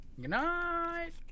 Goodnight